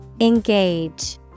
Engage